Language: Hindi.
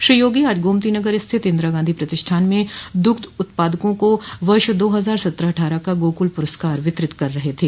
श्री योगी आज गोमतीनगर स्थित इंदिरा गांधी प्रतिष्ठान में दुग्ध उत्पादकों को वर्ष दो हजार सत्रह अटठारह का गोकुल पुरस्कार वितरित कर रहे थे